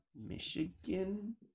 Michigan